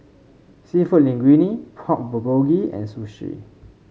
seafood Linguine Pork Bulgogi and Sushi